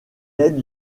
aide